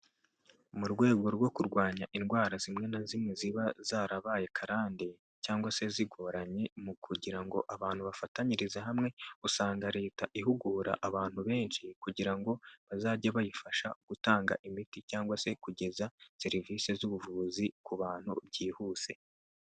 Mu rwego rwo kurwanya indwara zimwe na zimwe ziba zarabaye karande, cyangwa se zigoranye mu kugira ngo abantu bafatanyirize hamwe usanga leta ihugura abantu benshi, kugira ngo bazajye bayifasha gutanga imiti cyangwa se, kugeza serivisi z'ubuvuzi ku bantu byihuse.